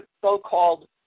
so-called